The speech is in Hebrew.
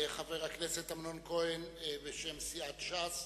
חבר הכנסת אמנון כהן, בשם סיעת ש"ס,